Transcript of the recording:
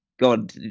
God